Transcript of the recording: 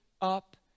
up